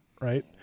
right